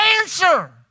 answer